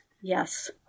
yes